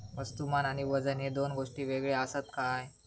वस्तुमान आणि वजन हे दोन गोष्टी वेगळे आसत काय?